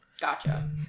gotcha